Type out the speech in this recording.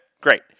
Great